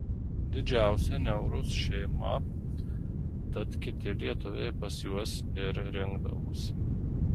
didžiausia niauros šeima tad kiti lietuviai pas juos ir rinkdavosi